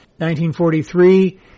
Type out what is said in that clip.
1943